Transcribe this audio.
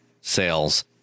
sales